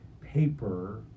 paper